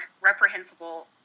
reprehensible